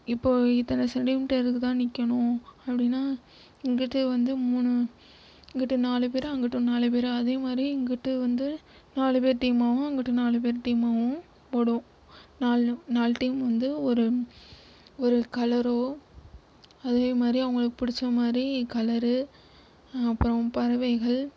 இப்போ இத்தனை சென்டிமீட்டருக்கு தான் நிற்கணும் அப்படின்னா இங்கிட்டு வந்து மூணு இங்கிட்டு நாலு பேர் அங்கிட்டு நாலு பேர் அதே மாதிரி இங்கிட்டு வந்து நாலு பேர் டீமாகவும் அங்கிட்டு நாலு பேர் டீமாகவும் ஓடுவோம் நாலு நாலு டீம் வந்து ஒரு ஒரு கலரோ அதே மாதிரி அவங்களுக்கு பிடிச்சா மாதிரி கலரு அப்புறம் பறவைகள்